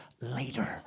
later